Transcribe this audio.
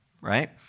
right